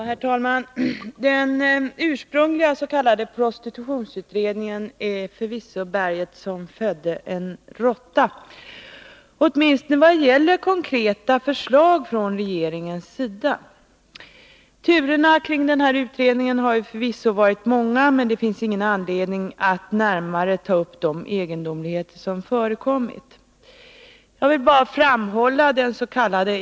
Herr talman! Den ursprungliga s.k. prostitutionsutredningen är förvisso berget som födde en råtta — åtminstone vad det gäller konkreta förslag från regeringens sida. Turerna kring denna utredning har varit många, men det finns ingen anledning att i dag närmare ta upp de egendomligheter som förekommit. Jag vill bara framhålla att dens.k.